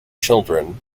children